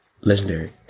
Legendary